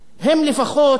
לא נוהגים,